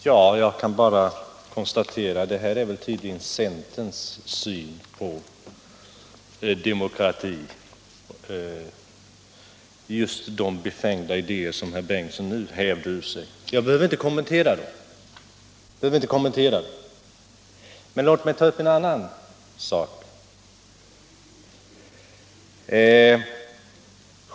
Jag kan bara konstatera att ett uttryck för centerns syn på demokrati är tydligen just de befängda idéer som herr Bengtson nu hävde ur sig. Jag behöver inte kommentera dem. Men låt mig ta upp en annan sak.